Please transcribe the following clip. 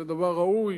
זה דבר ראוי.